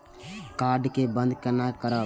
Card के बन्द केना करब?